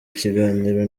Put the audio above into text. ikiganiro